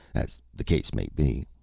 as the case may be.